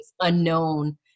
unknown